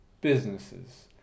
businesses